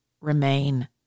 remain